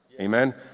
Amen